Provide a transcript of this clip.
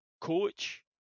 coach